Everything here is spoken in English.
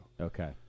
okay